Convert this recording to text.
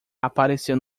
apareceu